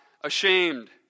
ashamed